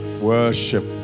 Worship